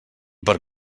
per